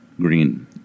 Green